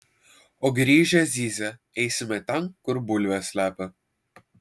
o grįžę zyzia eisime ten kur bulves slepia